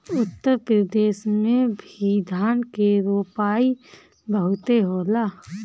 उत्तर प्रदेश में भी धान के रोपाई बहुते होला